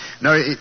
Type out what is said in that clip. No